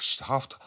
half